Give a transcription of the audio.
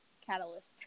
catalyst